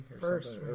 first